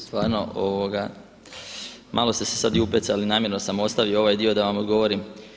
Stvarno, malo ste se sada i upecali, namjerno sam ostavio ovaj dio da vam odgovorim.